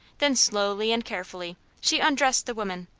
then slowly and carefully, she undressed the woman,